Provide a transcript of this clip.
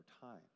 time